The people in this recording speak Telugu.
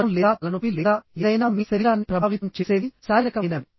జ్వరం లేదా తలనొప్పి లేదా ఏదైనా మీ శరీరాన్ని ప్రభావితం చేసేవి శారీరకమైనవి